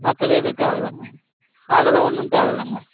மற்றது எதுவும் தேவை இல்லைங்க அதெல்லாம் ஒன்றும் தேவை இல்லைங்க